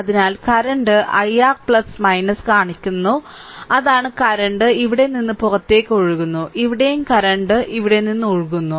അതിനാൽ current i r കാണിക്കുന്നു അതാണ് കറന്റ് ഇവിടെ നിന്ന് പുറത്തേക്ക് ഒഴുകുന്നു ഇവിടെയും കറന്റ് ഇവിടെ നിന്ന് ഒഴുകുന്നു